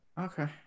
Okay